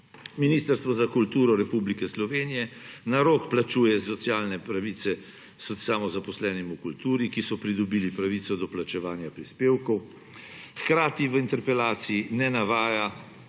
Ministrstvo za kulturo Republike Slovenije na rok plačuje socialne pravice samozaposlenim v kulturi, ki so pridobili pravico do plačevanja prispevkov. Hkrati se v interpelaciji ne navaja,